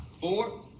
four